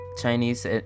Chinese